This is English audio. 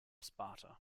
sparta